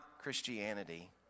christianity